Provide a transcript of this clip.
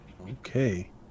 Okay